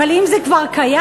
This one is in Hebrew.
אבל אם זה כבר קיים,